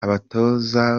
abatoza